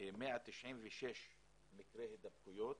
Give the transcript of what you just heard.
196 מקרי הידבקויות.